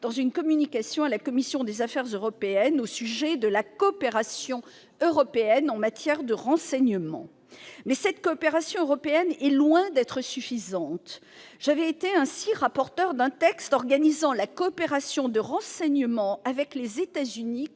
dans une communication devant la commission des affaires européennes au sujet de la coopération européenne en matière de renseignement. Néanmoins, cette coopération européenne est loin d'être suffisante. J'ai été rapporteur d'un texte organisant la coopération en matière de renseignement avec les États-Unis